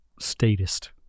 statist